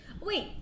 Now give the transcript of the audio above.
Wait